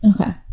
Okay